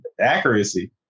accuracy